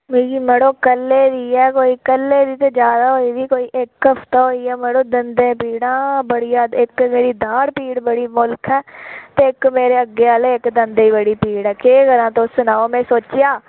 मिगी मड़ो कल्लै दी ऐ कोई कल्लै दी जादै गै मड़ो इक्क हफ्ता होइया दंदें पीड़ां बड़ी ते इक्क मेरी दाढ़ बड़ी पीड़ ऐ ते इक्क मेरी मेरे अग्गें आह्ले दंदें ई बड़ी पीड़ ऐ केह् करांऽ तुस सनाओ में सोचेआ